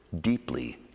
deeply